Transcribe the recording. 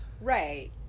Right